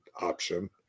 option